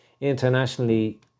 Internationally